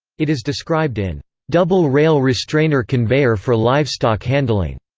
it is described in double rail restrainer conveyor for livestock handling,